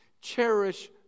Cherish